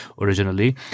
originally